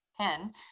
pen